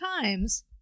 times